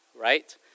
right